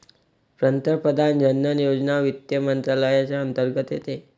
प्रधानमंत्री जन धन योजना वित्त मंत्रालयाच्या अंतर्गत येते